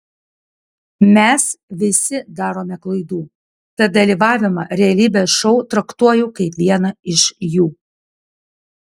mes visi darome klaidų tad dalyvavimą realybės šou traktuoju kaip vieną iš jų